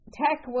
tech